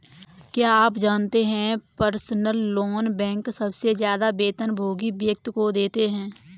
क्या आप जानते है पर्सनल लोन बैंक सबसे ज्यादा वेतनभोगी व्यक्ति को देते हैं?